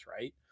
right